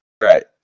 Right